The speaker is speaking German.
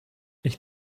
ich